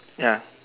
ya